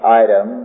item